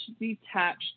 detached